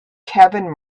kevin